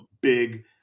big